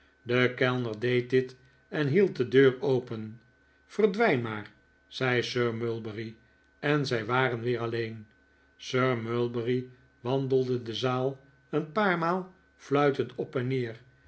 de kellner deed dit en hield de deur open verdwijn maar zei sir mulberry en zij waren weer alleen sir mulberry wandelde de zaal een paar maal fluitend op en neer